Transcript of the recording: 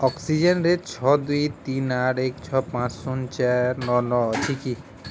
ଅକ୍ସିଜେନ୍ରେ ଛଅ ଦୁଇ ତିନି ଆଠ ଏକ ଛଅ ପାଞ୍ଚ ଶୂନ ଚାରି ନଅ ନଅ ଅଛି କି